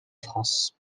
france